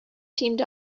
teamed